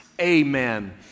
amen